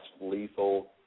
lethal